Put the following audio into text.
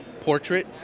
portrait